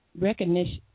recognition